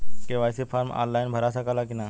KYC form online भरा सकला की ना?